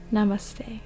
Namaste